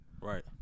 Right